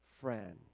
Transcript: friend